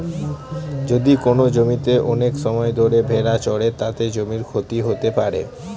যদি কোনো জমিতে অনেক সময় ধরে ভেড়া চড়ে, তাতে জমির ক্ষতি হতে পারে